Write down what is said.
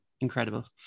Incredible